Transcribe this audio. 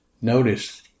Notice